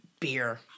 Beer